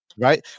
right